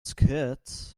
skirt